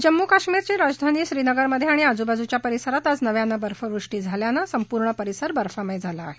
जम्मू कश्मीरची राजधानी श्रीनगरमध्ये आणि आजूबाजूच्या परिसरात आज नव्यानं बर्फवृष्टी झाल्यानं संपूर्ण परिसर बर्फमय झाला आहे